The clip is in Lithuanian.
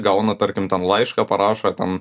gaunu tarkim ten laišką parašo ten